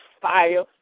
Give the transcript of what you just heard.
Fire